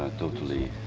ah totally